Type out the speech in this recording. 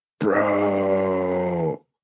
bro